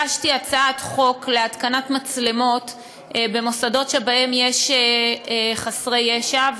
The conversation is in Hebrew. הגשתי הצעת חוק להתקנת מצלמות במוסדות שבהם יש חסרי ישע,